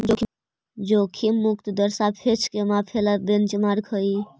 जोखिम मुक्त दर सापेक्ष को मापे ला बेंचमार्क हई